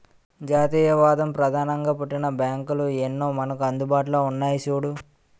జాతీయవాదం ప్రధానంగా పుట్టిన బ్యాంకులు ఎన్నో మనకు అందుబాటులో ఉన్నాయి చూడు